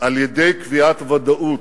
על-ידי קביעת ודאות.